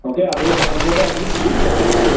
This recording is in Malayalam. ഓക്കെ അത് അതുപോലെ അധികം വെയില് കൊള്ളരുത്